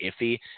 iffy